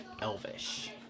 Elvish